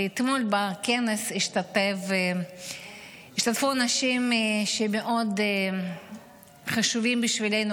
ואתמול בכנס השתתפו אנשים מאוד חשובים בשבילנו